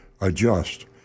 adjust